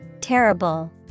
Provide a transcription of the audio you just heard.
Terrible